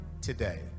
today